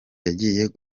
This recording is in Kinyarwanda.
yagiye